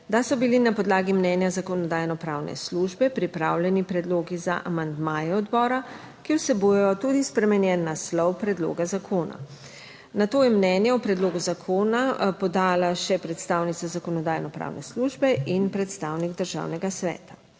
da so bili na podlagi mnenja Zakonodajno-pravne službe pripravljeni predlogi za amandmaje odbora, ki vsebujejo tudi spremenjen naslov predloga zakona. Nato je mnenje o predlogu zakona podala še predstavnica Zakonodajno-pravne službe in predstavnik Državnega sveta.